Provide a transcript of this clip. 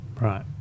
Right